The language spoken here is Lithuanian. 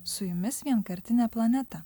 su jumis vienkartinė planeta